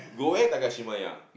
go where Takashimaya